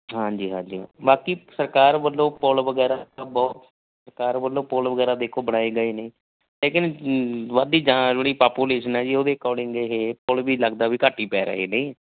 ਹਾਂਜੀ ਹਾਂਜੀ ਬਾਕੀ ਸਰਕਾਰ ਵੱਲੋਂ ਪੁੱਲ ਵਗੈਰਾ ਤਾਂ ਬਹੁਤ ਸਰਕਾਰ ਵੱਲੋਂ ਪੁੱਲ ਵਗੈਰਾ ਦੇਖੋ ਬਣਾਏ ਗਏ ਨੇ ਲੇਕਿਨ ਵੱਧਦੀ ਜਾਣ ਵਾਲੀ ਪਾਪੂਲੇਸ਼ਨ ਹੈ ਜੀ ਉਹਦੇ ਅਕੋਰਡਿੰਗ ਇਹ ਪੁੱਲ ਵੀ ਲੱਗਦਾ ਵੀ ਘੱਟ ਹੀ ਪੈ ਰਹੇ ਨੇ